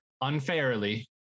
unfairly